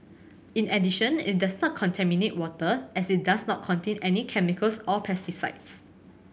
in addition it does not contaminate water as it does not contain any chemicals or pesticides